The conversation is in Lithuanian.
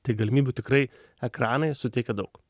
tai galimybių tikrai ekranai suteikia daug